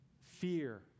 fear